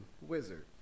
wizard